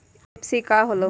NBFC का होलहु?